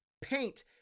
paint